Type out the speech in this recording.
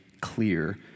clear